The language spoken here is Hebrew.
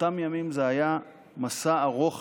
באותם ימים זה היה מסע ארוך